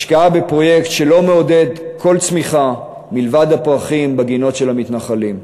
השקעה בפרויקט שלא מעודד כל צמיחה מלבד הפרחים בגינות של המתנחלים.